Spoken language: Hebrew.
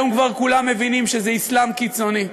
כיום כבר כולם מבינים שזה אסלאם קיצוני,